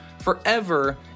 forever